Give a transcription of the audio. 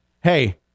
hey